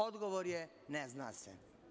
Odgovor je – ne zna se.